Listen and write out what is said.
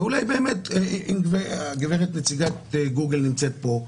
ובאמת אם הגברת נציגת גוגל נמצאת פה,